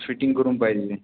fitting करून पाहिजे आहे